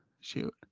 shoot